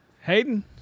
Hayden